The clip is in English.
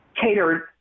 catered